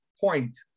point